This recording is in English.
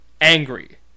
Angry